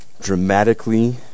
dramatically